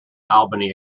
albany